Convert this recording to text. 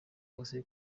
wose